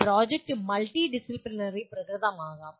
ഒരു project multi disciplinary പ്രകൃതം ആകാം